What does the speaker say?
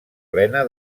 plena